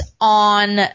on